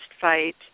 fight